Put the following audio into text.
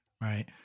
right